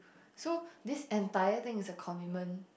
so this entire thing is a commitment